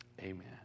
Amen